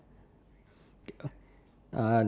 uh um